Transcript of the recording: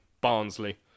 Barnsley